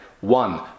one